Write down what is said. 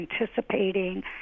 anticipating